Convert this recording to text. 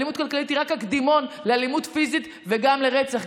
אלימות כלכלית היא רק הקדימון לאלימות פיזית וגם לרצח.